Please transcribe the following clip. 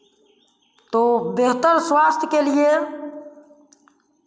तो बेहतर स्वास्थ्य के लिए